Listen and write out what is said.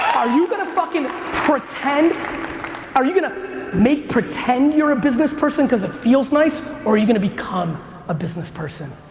are you going to fucking pretend are you going to make pretend you're a business person cause it feels nice, or are you going to become a business person?